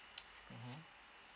mmhmm